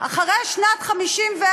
אחרי שנת 1954,